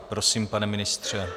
Prosím, pane ministře.